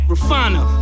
refiner